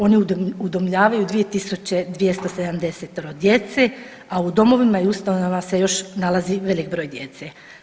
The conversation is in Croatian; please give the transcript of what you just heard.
Oni udomljavaju 2.270 djece, a u domovima i ustanovama se još nalazi velik broj djece.